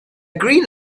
green